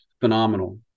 phenomenal